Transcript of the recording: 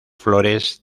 flores